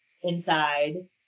inside